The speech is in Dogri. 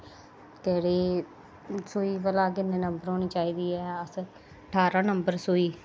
सुई भला किन्ने नंबर होनी चाहिदी ऐ अस ठांरा नंबर सुई